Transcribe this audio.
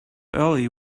early